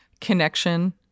connection